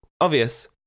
obvious